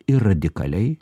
ir radikaliai